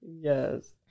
Yes